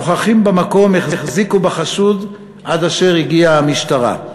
הנוכחים במקום החזיקו בחשוד עד אשר הגיעה המשטרה.